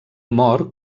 mor